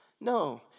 No